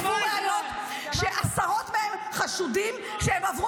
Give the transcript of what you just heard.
-- נאספו ראיות שעשרות מהם חשודים שהם עברו